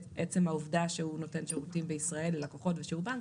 עצם העובדה שהוא נותן שירותים בישראל ללקוחות איזה שהוא בנק,